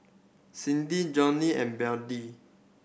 Cindy Jordy and Bette